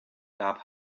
gab